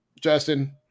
justin